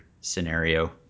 scenario